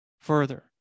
Further